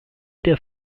der